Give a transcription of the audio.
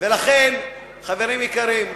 לכן, חברים יקרים,